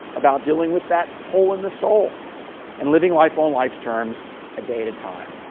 about dealing with that hole in the soul and living life on life's terms a day at a time,